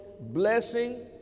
blessing